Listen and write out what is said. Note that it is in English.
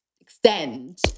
extend